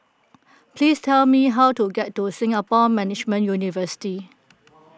please tell me how to get to Singapore Management University